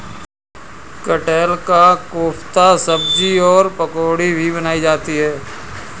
कटहल का कोफ्ता सब्जी और पकौड़ी भी बनाई जाती है